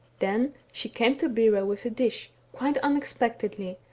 then she came to bera with a dish, quite unexpectedly,